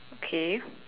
okay